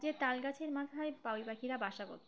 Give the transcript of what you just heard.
যে তাল গাছের মাথায় বাবুই পাখিরা বাসা করত